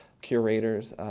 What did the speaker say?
curators,